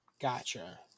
gotcha